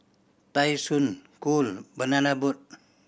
Tai Sun Cool Banana Boat